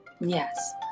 Yes